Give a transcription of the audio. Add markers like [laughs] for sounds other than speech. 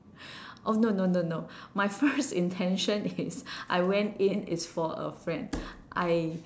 oh no no no no my first [laughs] intention is [laughs] I went in is for a friend I